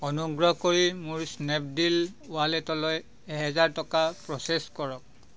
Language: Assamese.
অনুগ্ৰহ কৰি মোৰ স্নেপডীল ৱালেটলৈ এহেজাৰ টকা প্ৰ'চেছ কৰক